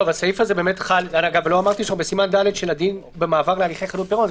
לא אמרתי שהסעיף הוא בסימן ד' של הדין במעבר להליכי חדלות פירעון.